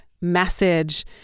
message